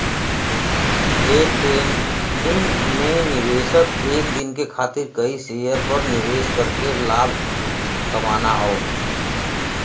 day trading में निवेशक एक दिन के खातिर कई शेयर पर निवेश करके लाभ कमाना हौ